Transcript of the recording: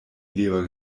leber